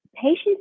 patients